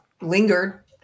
lingered